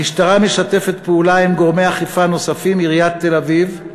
המשטרה משתפת פעולה עם גורמי אכיפה נוספים: עיריית תל-אביב,